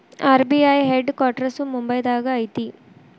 RBI headquarters ಮುಂಬೈದಾಗ ಐತಿ